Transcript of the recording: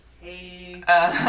Hey